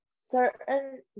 certain